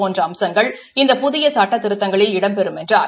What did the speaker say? போன்ற அம்சங்ள் இந்த புதிய சட்டத்திருத்தங்களில் இடம்பெறும் என்றார்